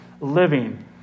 living